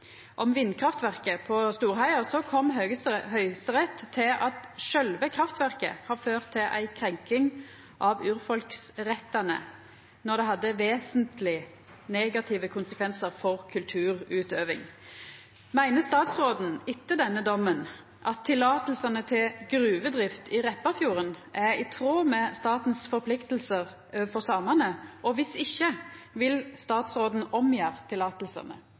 om vindkraftverket på Storheia kom Høyesterett til at selve kraftverket har ført til en krenkelse av urfolksrettighetene når det hadde vesentlige negative konsekvenser for kulturutøvelse. Mener statsråden, etter denne dommen, at tillatelsene til gruvedrift i Repparfjorden er i tråd med statens forpliktelser overfor samene, og hvis ikke, vil statsråden omgjøre tillatelsene?»